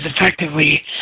effectively